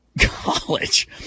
college